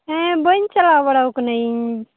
ᱦᱮᱸ ᱵᱟᱹᱧ ᱪᱟᱞᱟᱣ ᱵᱟᱲᱟ ᱠᱟᱱᱟ ᱤᱧ